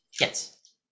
Yes